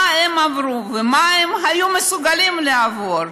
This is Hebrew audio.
מה הם עברו ומה הם היו מסוגלים לעבור.